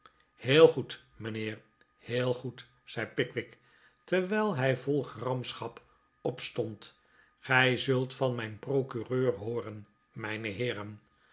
heel goed mijnheer heel goed zei pickwick terwijl hij vol gramschap opstond gij zult van mijn procureur hooren mijne heeren